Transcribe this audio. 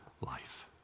life